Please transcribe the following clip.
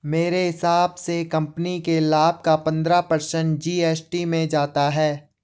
मेरे हिसाब से कंपनी के लाभ का पंद्रह पर्सेंट जी.एस.टी में जाता है